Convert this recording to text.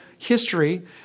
history